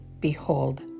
Behold